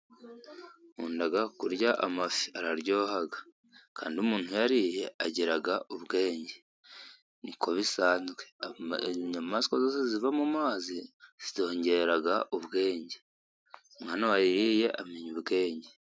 Nkunda kurya amafi araryoha kandi umuntu wayariye agira ubwenge, niko bisanzwe inyamaswa zose ziva mu mumazi zitwongera ubwenge. Umwana wayariye amenya ubwenge.